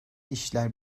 işler